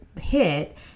hit